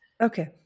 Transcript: Okay